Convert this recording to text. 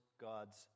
God's